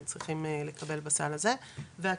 הם צריכים לקבל בסל הזה והקייטנות,